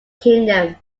kingdom